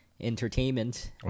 entertainment